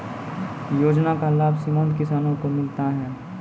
योजना का लाभ सीमांत किसानों को मिलता हैं?